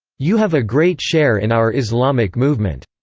you have a great share in our islamic movement.